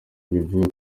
bivugwa